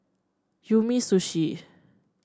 Umisushi